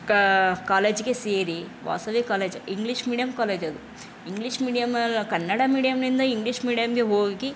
ಕಾ ಕಾಲೇಜಿಗೆ ಸೇರಿ ವಾಸವಿ ಕಾಲೇಜ್ ಇಂಗ್ಲಿಷ್ ಮೀಡಿಯಮ್ ಕಾಲೇಜದು ಇಂಗ್ಲಿಷ್ ಮೀಡಿಯಮ್ ಕನ್ನಡ ಮೀಡಿಯಮ್ಮಿನಿಂದ ಇಂಗ್ಲಿಷ್ ಮೀಡಿಯಮ್ಮಿಗೆ ಹೋಗಿ